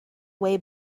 way